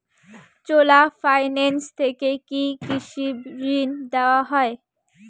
চোলা finance থেকে কি কৃষি ঋণ দেওয়া হয়?